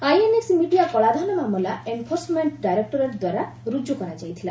INX media କଳାଧନ ମାମଲା enforcement directorate ଦ୍ୱାରା ରୁଜୁ କରାଯାଇଥିଲା